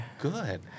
Good